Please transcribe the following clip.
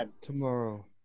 tomorrow